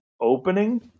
opening